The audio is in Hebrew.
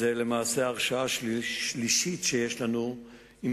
זאת למעשה ההרשעה השלישית שיש לנו של